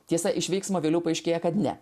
tiesa iš veiksmo vėliau paaiškėja kad ne